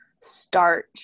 start